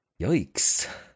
Yikes